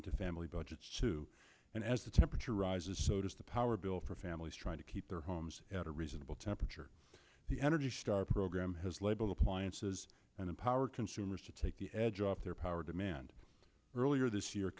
into family budgets too and as the temperature rises so does the power bill for families trying to keep their homes at a reasonable temperature the energy star program has labeled appliances and empower consumers to take the edge off their power demand earlier this year